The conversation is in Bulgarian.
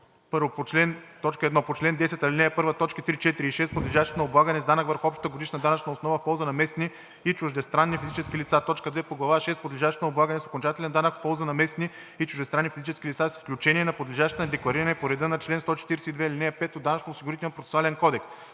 осигурителни вноски: 1. по чл. 10, ал. 1, т. 3, 4 и 6, подлежащи на облагане с данък върху общата годишна данъчна основа, в полза на местни и чуждестранни физически лица; 2. по глава шеста, подлежащи на облагане с окончателен данък, в полза на местни и чуждестранни физически лица, с изключение на подлежащите на деклариране по реда на чл. 142, ал. 5 от Данъчно-осигурителния процесуален кодекс;